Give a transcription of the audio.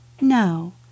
No